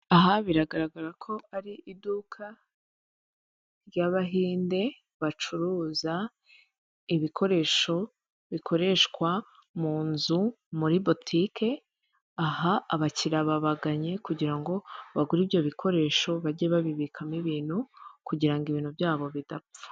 Aha biragaragara ko ari iduka ry'abahinde bacuruza ibikoresho bikoreshwa mu nzu, muri botike. Aha abakiriya babaganye kugira ngo bagure ibyo bikoresho bajye babikamo ibintu kugira ibintu byabo bidapfa.